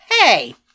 Hey